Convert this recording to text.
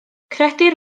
credir